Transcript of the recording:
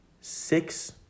six